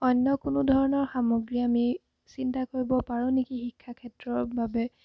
অন্য কোনো ধৰণৰ সামগ্ৰী আমি চিন্তা কৰিব পাৰোঁ নেকি শিক্ষাক্ষেত্ৰৰ বাবে